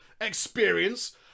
experience